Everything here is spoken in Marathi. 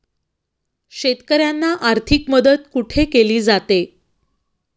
शेतकऱ्यांना आर्थिक मदत कुठे केली जाते?